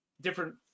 Different